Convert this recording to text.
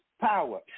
power